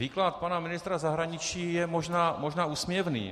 Výklad pana ministra zahraničí je možná úsměvný.